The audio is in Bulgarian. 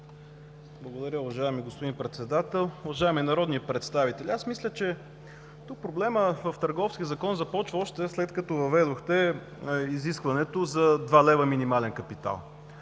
Благодаря Ви, уважаеми господин Председател. Уважаеми народни представители, мисля, че тук проблемът в Търговския закон започна още след като въведохте изискването за 2 лв. минимален капитал.